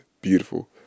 beautiful